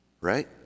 right